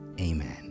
amen